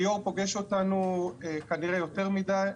היו"ר פוגש אותנו כנראה יותר מידי,